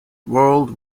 world